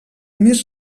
més